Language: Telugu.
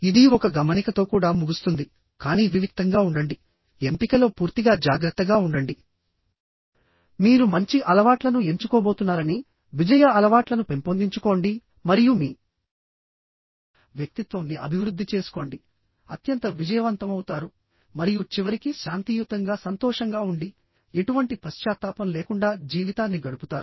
ఇది ఒక గమనికతో కూడా ముగుస్తుంది కానీ వివిక్తంగా ఉండండి ఎంపికలో పూర్తిగా జాగ్రత్తగా ఉండండి మీరు మంచి అలవాట్లను ఎంచుకోబోతున్నారని విజయ అలవాట్లను పెంపొందించుకోండి మరియు మీ వ్యక్తిత్వం ని అభివృద్ధి చేసుకోండి అత్యంత విజయవంతమవుతారు మరియు చివరికి శాంతియుతంగా సంతోషంగా ఉండి ఎటువంటి పశ్చాత్తాపం లేకుండా జీవితాన్ని గడుపుతారు